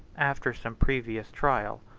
after some previous trial,